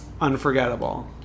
Unforgettable